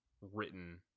written